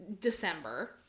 December